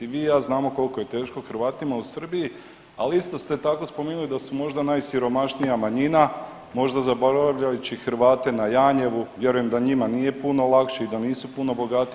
vi i ja znamo koliko je teško Hrvatima u Srbiji, ali isto ste tako spomenuli da su možda najsiromašnija manjina možda zaboravljajući Hrvate na Janjevu, vjerujem da njima nije puno lakše i da nisu puno bogatiji.